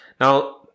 Now